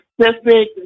specific